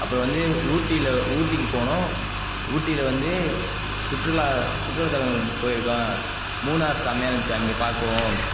அப்புறம் வந்து ஊட்டியில் ஊட்டிக்கு போனோம் ஊட்டியில் வந்து சுற்றுலா சுற்றுலாத்தலங்கள் போயிருக்கோம் மூணாறு செமையாக இருந்துச்சு அங்கே பார்க்கவும்